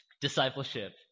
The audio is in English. Discipleship